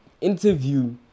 interview